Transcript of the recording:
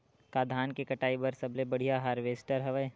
का धान के कटाई बर सबले बढ़िया हारवेस्टर हवय?